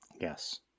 Yes